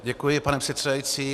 Děkuji, pane předsedající.